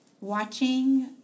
watching